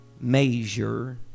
Measure